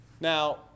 Now